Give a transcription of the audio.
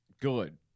good